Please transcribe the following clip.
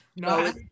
No